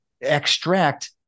extract